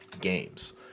games